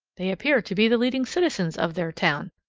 they appear to be the leading citizens of their town,